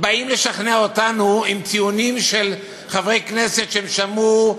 באים לשכנע אותנו עם טיעונים של חברי כנסת שהם שמעו,